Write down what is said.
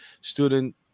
student